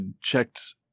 checked